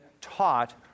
taught